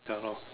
ya lor